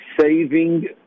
saving